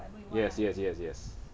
yes yes yes yes